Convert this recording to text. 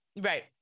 Right